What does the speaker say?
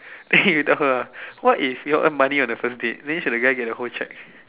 eh you tell her ah what if you all earn money on the first date then should the guy get the whole cheque